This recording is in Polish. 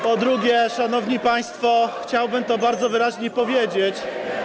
Po drugie, szanowni państwo, chciałbym to bardzo wyraźnie powiedzieć.